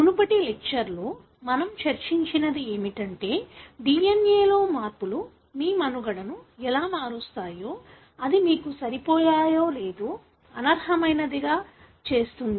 మునుపటి లెక్చర్లో మనము చర్చించినది ఏమిటంటే DNA లో మార్పులు మీ మనుగడను ఎలా మారుస్తాయో అది మీకు సరిపోయేలా లేదా అనర్హమైనదిగా చేస్తుంది